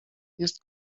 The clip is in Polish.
jest